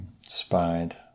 spied